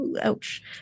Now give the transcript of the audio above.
ouch